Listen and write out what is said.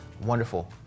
wonderful